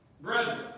brethren